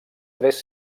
tres